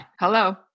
Hello